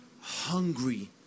hungry